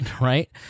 right